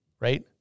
right